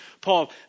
Paul